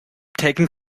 taken